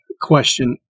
question